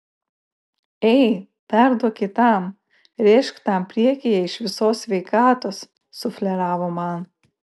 ei perduok kitam rėžk tam priekyje iš visos sveikatos sufleravo man